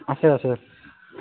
আছে আছে